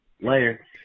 Later